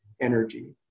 energy